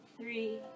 Three